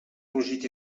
rugit